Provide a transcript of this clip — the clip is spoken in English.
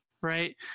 right